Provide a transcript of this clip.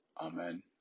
amen